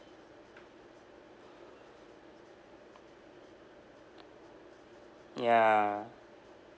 ya